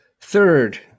Third